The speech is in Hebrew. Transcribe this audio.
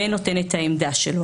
ונותן את העמדה שלו.